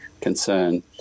concern